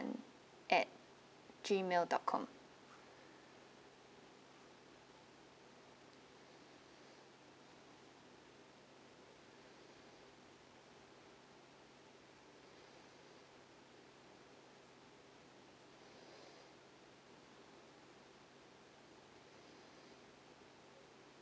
at gmail dot com